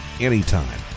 anytime